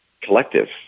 collective